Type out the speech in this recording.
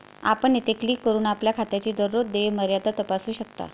आपण येथे क्लिक करून आपल्या खात्याची दररोज देय मर्यादा तपासू शकता